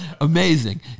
Amazing